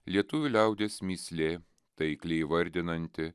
lietuvių liaudies mįslė taiklį įvardinanti